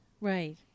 right